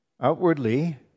outwardly